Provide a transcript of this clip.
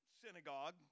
synagogue